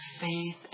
faith